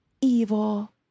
evil